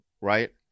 right